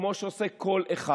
כמו שעושה כל אחד.